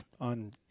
on